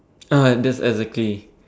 ah that's exactly